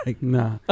Nah